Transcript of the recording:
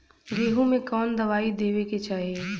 गेहूँ मे कवन दवाई देवे के चाही?